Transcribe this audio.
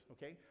Okay